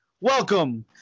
welcome